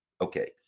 Okay